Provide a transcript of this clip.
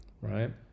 right